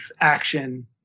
action